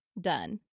done